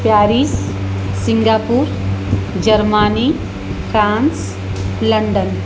Paris Singapore Germany France London